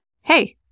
hey